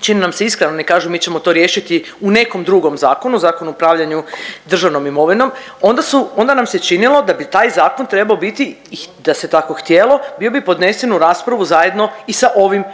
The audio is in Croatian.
čini nam se iskreno, ne kažu mi ćemo to riješiti u nekom drugom zakonu, Zakonu o upravljanju državnom imovinom, onda su, onda nam se činilo da bi taj zakon trebao biti i da se tako htjelo bio bi podnesen u raspravu zajedno i sa ovim